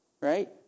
right